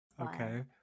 Okay